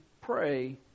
pray